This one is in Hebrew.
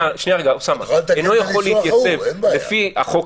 אתם מדברים על הוספה של החלק מהפיצול מתוך הצעת החוק